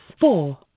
Four